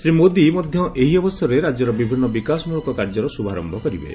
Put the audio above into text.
ଶ୍ରୀ ମୋଦି ମଧ୍ୟ ଏହି ଅବସରରେ ରାଜ୍ୟର ବିଭିନ୍ନ ବିକାଶମୂଳକ କାର୍ଯ୍ୟର ଶୁଭାରମ୍ଭ କରିବେ